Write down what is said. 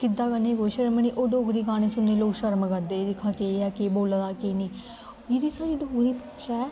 गिद्दा करने गी कोई शरम निं और डोगरी गाने सुनने गी लोग शरम करदे दिक्ख हां केह् ऐ केह् बोला दा केह् नेईं जेह्ड़ी साढ़ी डोगरी भाशा ऐ